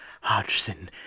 Hodgson